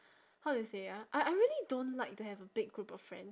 how do you say ah I I really don't like to have a big group of friend~